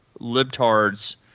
libtards